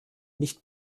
nicht